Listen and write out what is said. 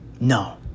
No